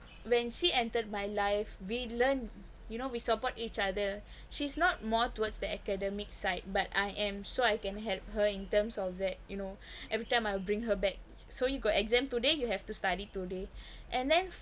when she entered my life we learned you know we support each other she's not more towards the academic side but I am so I can help her in terms of that you know everytime I bring her back so you got exam today you have to study today and then